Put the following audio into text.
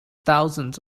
thousands